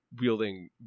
wielding